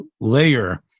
layer